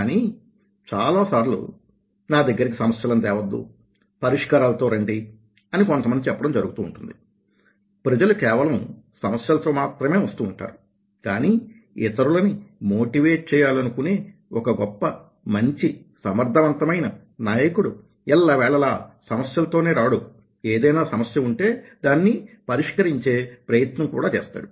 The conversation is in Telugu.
కానీ చాలాసార్లు నా దగ్గరికి సమస్యలని తేవద్దు పరిష్కారాలతో రండి అని కొంతమంది చెప్పడం జరుగుతూ ఉంటుంది ప్రజలు కేవలం సమస్యలతో మాత్రమే వస్తూ ఉంటారు కానీ ఇతరులని మోటివేట్ చేయాలనుకునే ఒక గొప్ప మంచి సమర్థవంతమైన నాయకుడు ఎల్లవేళలా సమస్యలతోనే రాడు ఏదైనా సమస్య ఉంటే దానిని పరిష్కరించే ప్రయత్నం చేస్తాడు